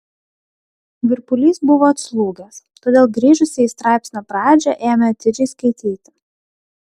virpulys buvo atslūgęs todėl grįžusi į straipsnio pradžią ėmė atidžiai skaityti